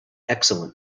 excellent